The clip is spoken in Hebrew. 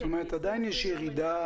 עדיין יש ירידה